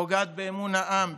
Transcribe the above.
פוגעת באמון העם,